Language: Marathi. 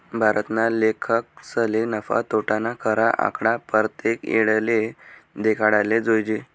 भारतना लेखकसले नफा, तोटाना खरा आकडा परतेक येळले देखाडाले जोयजे